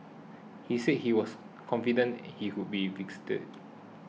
he said he was confident he would be vindicated